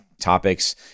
topics